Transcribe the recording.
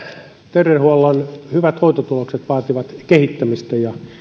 terveydenhuollon hyvät hoitotulokset vaativat kehittämistä ja